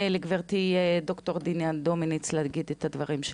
לגברתי עו"ד דינה דומיניץ להגיד את הדברים שלה.